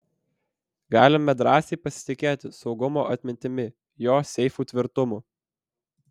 galime drąsiai pasitikėti saugumo atmintimi jo seifų tvirtumu